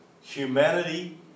humanity